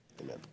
Amen